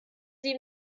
sie